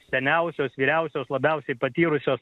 seniausios vyriausios labiausiai patyrusios